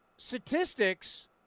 Statistics